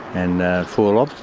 and four